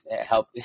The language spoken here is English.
help